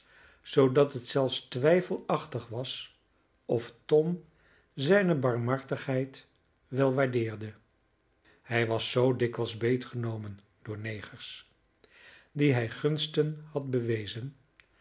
zoodat het zelfs twijfelachtig was of tom zijne barmhartigheid wel waardeerde hij was zoo dikwijls beetgenomen door negers die hij gunsten had bewezen